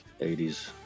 80s